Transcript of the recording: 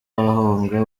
bahunga